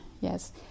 Yes